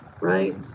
Right